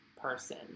person